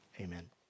Amen